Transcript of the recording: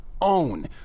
own